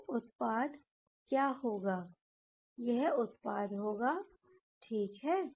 तो उत्पाद क्या होगा यह उत्पाद होगा ठीक है